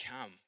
come